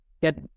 get